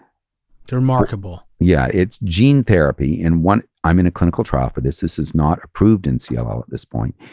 they're remarkable. yeah, it's gene therapy in one, i'm in a clinical trial for this. this is not approved in cll ah at this point.